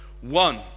one